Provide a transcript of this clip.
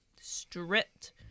stripped